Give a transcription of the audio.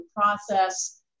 process